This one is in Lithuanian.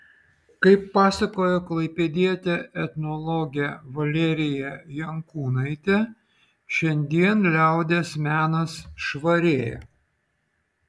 kaip pasakojo klaipėdietė etnologė valerija jankūnaitė šiandien liaudies menas švarėja